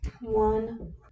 One